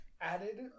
added